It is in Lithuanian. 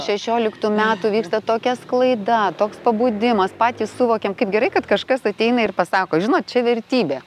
šešioliktų metų vyksta tokia sklaida toks pabudimas patys suvokėm kaip gerai kad kažkas ateina ir pasako žinot čia vertybė